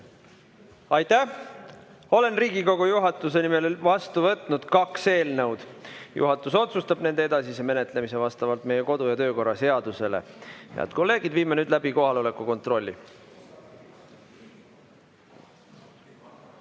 Aitäh! Olen Riigikogu juhatuse nimel vastu võtnud kaks eelnõu. Juhatus otsustab nende edasise menetlemise vastavalt meie kodu‑ ja töökorra seadusele. Head kolleegid, viime nüüd läbi kohaloleku kontrolli.